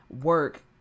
work